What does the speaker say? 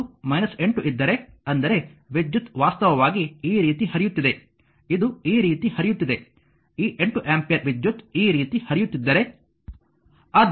ಅದು 8 ಇದ್ದರೆ ಅಂದರೆ ವಿದ್ಯುತ್ ವಾಸ್ತವವಾಗಿ ಈ ರೀತಿ ಹರಿಯುತ್ತಿದೆ ಇದು ಈ ರೀತಿ ಹರಿಯುತ್ತಿದೆ ಈ 8 ಆಂಪಿಯರ್ ವಿದ್ಯುತ್ ಈ ರೀತಿ ಹರಿಯುತ್ತಿದ್ದರೆ